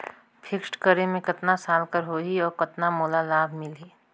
Fixed करे मे कतना साल कर हो ही और कतना मोला लाभ मिल ही?